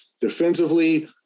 defensively